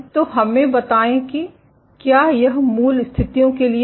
तो हमें बताएं कि क्या यह मूल स्थितियों के लिए है